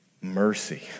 Mercy